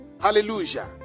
Hallelujah